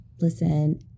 Listen